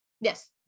Yes